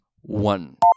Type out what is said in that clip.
one